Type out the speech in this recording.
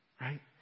right